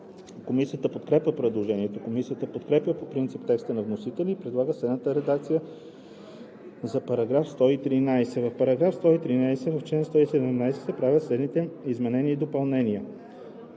Комисията подкрепя предложението. Комисията подкрепя по принцип текста на вносителя и предлага следната редакция за § 286: „§ 286. В чл. 251б се правят следните изменения и допълнения: